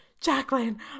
Jacqueline